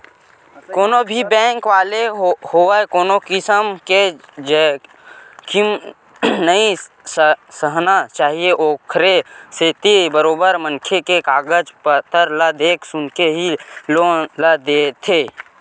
कोनो भी बेंक वाले होवय कोनो किसम के जोखिम नइ सहना चाहय ओखरे सेती बरोबर मनखे के कागज पतर ल देख सुनके ही लोन ल देथे